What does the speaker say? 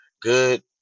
good